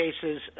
cases